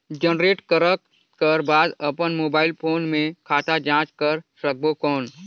Generate करक कर बाद अपन मोबाइल फोन मे खाता जांच कर सकबो कौन?